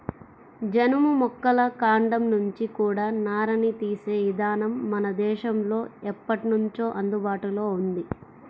జనుము మొక్కల కాండం నుంచి కూడా నారని తీసే ఇదానం మన దేశంలో ఎప్పట్నుంచో అందుబాటులో ఉంది